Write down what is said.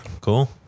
Cool